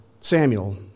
Samuel